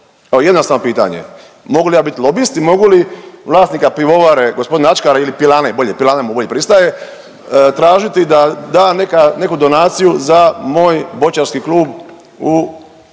jednostavno pitanje, mogu li ja biti lobist i mogu li vlasnika pivovare, g. Ačkara, ili pilane bolje, pilana mu bolje pristaje, tražiti da da neka, neku donaciju za moj boćarski klub u Perkoviću